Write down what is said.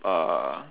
uh